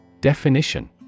Definition